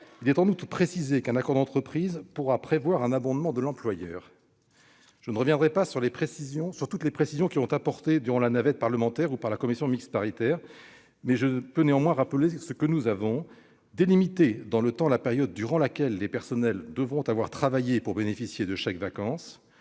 Il est en outre précisé qu'un accord d'entreprise pourra prévoir un abondement de la part de l'employeur. Je ne reviendrai pas sur toutes les précisions qui ont été apportées au cours de la navette parlementaire ou par la commission mixte paritaire, mais je tiens à rappeler que nous avons délimité dans le temps la période durant laquelle les personnels devront avoir travaillé pour bénéficier des chèques-vacances-